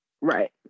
Right